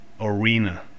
arena